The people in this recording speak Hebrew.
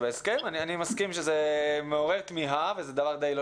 אני מסכים שזה מעורר תמיהה, וזה דבר דיי לא